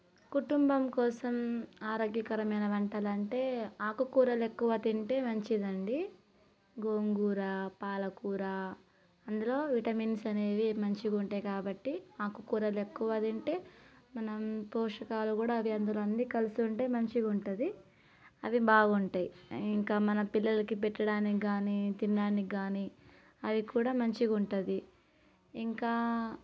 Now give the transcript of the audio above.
కుటుంబం కోసం ఆరోగ్యకరమైన వంటలంటే ఆకుకూరలు ఎక్కువ తింటే మంచిది అండి గోంగూరూర పాలకూర అందులో విటమిన్స్ అనేవి మంచిగుంటాయి కాబట్టి ఆకుకూరలు ఎక్కువ తింటే మనం పోషకాలు కూడా అది అందులో అన్ని కలిసి ఉంటాయి మంచిగా ఉంటుంది అది బాగుంటాయి ఇంకా మన పిల్లలకి పెట్టడానికి కాని తినడానికి కాని అది కూడా మంచిగా ఉంటుంది ఇంకా